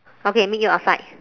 okay meet you outside